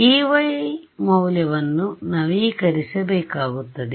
Ey ಮೌಲ್ಯವನ್ನು ನವೀಕರಿಸಬೇಕಾಗುತ್ತದೆ